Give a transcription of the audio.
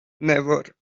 never